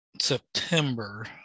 September